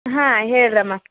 ಹಾಂ ಹೇಳಿರಮ್ಮ